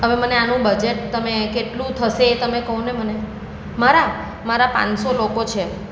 હવે મને આનું બજેટ તમે કેટલું થશે એ તમે કહો ને મને મારા મારા પાંચસો લોકો છે